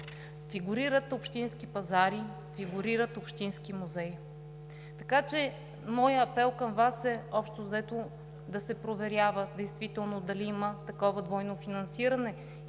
фигурират общински пазари, фигурират общински музеи, така че моят апел към Вас е общо взето да се проверява действително дали има такова двойно финансиране.